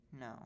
No